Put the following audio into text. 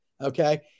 Okay